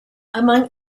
among